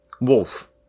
Wolf